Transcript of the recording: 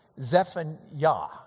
Zephaniah